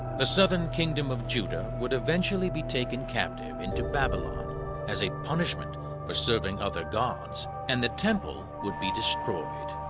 the southern kingdom of judah would eventually be taken captive into babylon as a punishment for serving other gods, and the temple would be destroyed,